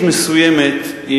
תקשורתית מסוימת,